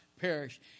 perish